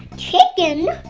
chicken?